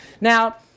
Now